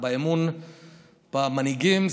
במנהיגים,